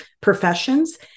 professions